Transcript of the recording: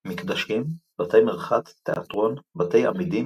מקדשים, בתי מרחץ, תיאטרון, בתי אמידים